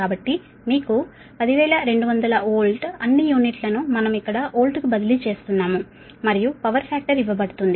కాబట్టి మీకు 10200 వోల్ట్ అన్ని యూనిట్లను మనం ఇక్కడ వోల్ట్ కు బదిలీ చేస్తున్నాము మరియు పవర్ ఫ్యాక్టర్ ఇవ్వబడుతుంది